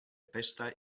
pesta